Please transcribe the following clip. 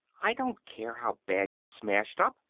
i don't care how bad you're smashed up.